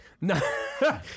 No